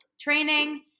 training